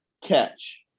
catch